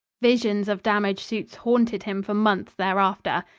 visions of damage suits haunted him for months thereafter.